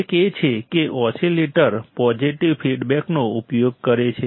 એક એ છે કે ઓસિલેટર પોઝિટિવ ફીડબેકનો ઉપયોગ કરે છે